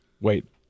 Wait